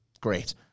Great